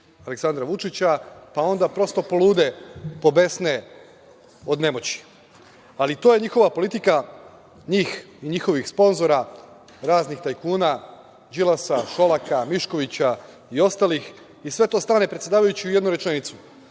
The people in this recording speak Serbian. Aleksandra Vučića, pa onda prosto polude, pobesne od nemoći. To je njihova politika, njih i njihovih sponzora, raznih tajkuna, Đilasa, Šolaka, Miškovića, i ostalih i sve to stane u jednu rečenicu